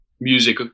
music